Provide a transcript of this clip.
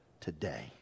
today